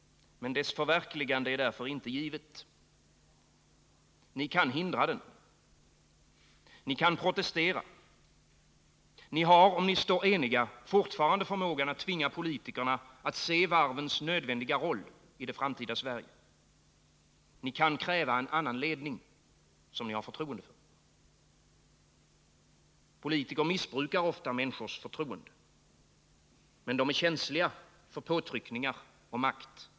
Men dess förverkligande är därför inte givet. Ni kan hindra den. Ni kan protestera. Ni har, om ni står eniga, fortfarande förmågan att tvinga politikerna att se varvens nödvändiga roll i det framtida Sverige. Ni kan kräva en annan ledning, som ni har förtroende för. Politiker missbrukar ofta människors förtroende. Men de är känsliga för påtryckningar och makt.